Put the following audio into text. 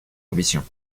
ambitions